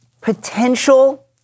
potential